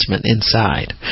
inside